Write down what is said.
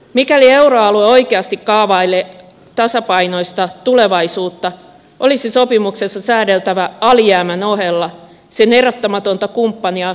mikäli euroalue oikeasti kaavailee tasapainoista tulevaisuutta olisi sopimuksessa säädeltävä alijäämän ohella sen erottamatonta kumppania ylijäämää